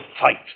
fight